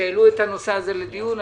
שהעלו את הנושא לדיון,